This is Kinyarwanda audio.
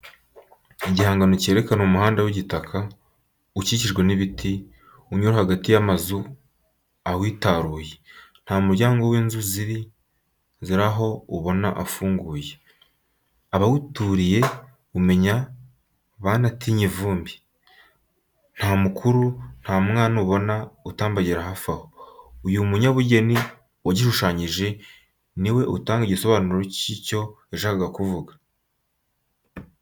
Igihangano kerekana umuhanda w'igitaka, ukikijwe n'ibiti, unyura hagati y'amazu awitaruye. Nta muryango w'inzu ziri aho ubona ufunguye. Abawuturiye umenya baratinye ivumbi. Nta mukuru, nta n'umwana ubona atambagira hafi aho. Uyu mu nyabugeni wagishushanyije ni we watanga igisobanuro cy'icyo yashakaga kumenyekanisha.